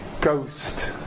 ghost